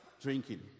drinking